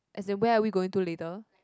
as in where are we going to later